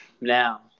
Now